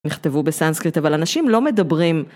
נכתבו בסנסקריט אבל הנשים לא מדברים